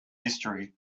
history